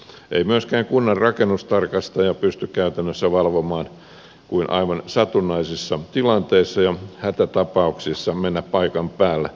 ei myöskään kunnan rakennustarkastaja pysty käytännössä valvomaan kuin aivan satunnaisissa tilanteissa ja hätätapauksissa menemään paikan päälle